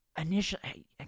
initially